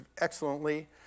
excellently